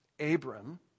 Abram